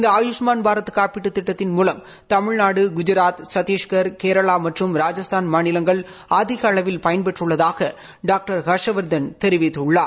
இந்த ஆயூஷ்மான் பாரத் காப்பீட்டுத் திட்டத்தின் மூலம் தமிழ்நாடு குஜராத் சத்திஷ்கா் கேரளா மற்றும் ராஜஸ்தான் மாநிலங்கள் அதிக அளவில் பயன்பெற்றுள்ளதாக டாக்டர் ஹர்ஷவர்தன் தெரிவித்துள்ளார்